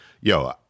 yo